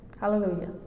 Hallelujah